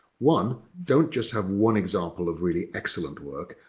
one, don't just have one example of really excellent work,